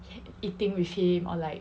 eating with him or like